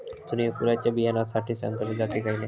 सूर्यफुलाच्या बियानासाठी संकरित जाती खयले?